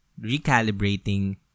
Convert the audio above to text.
recalibrating